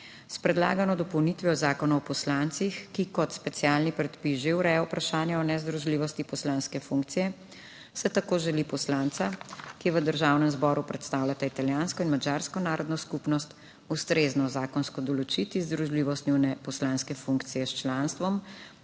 S predlagano dopolnitvijo Zakona o poslancih, ki kot specialni predpis že ureja vprašanje o nezdružljivosti poslanske funkcije, se tako želi za poslanca, ki v Državnem zboru predstavljata italijansko in madžarsko narodno skupnost, ustrezno zakonsko določiti združljivost njune poslanske funkcije s članstvom